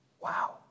Wow